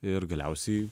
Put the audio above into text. ir galiausiai